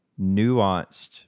nuanced